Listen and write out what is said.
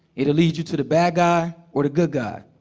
it'll lead you to the bad guy or the good guy.